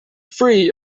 free